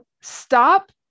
stop